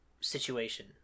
situation